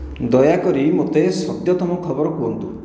ଦୟାକରି ମୋତେ ସଦ୍ୟତମ ଖବର କୁହନ୍ତୁ